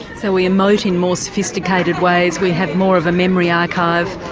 so we emote in more sophisticated ways, we have more of a memory archive.